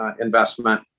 investment